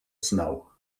snow